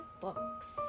books